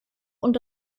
und